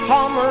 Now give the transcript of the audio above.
Tom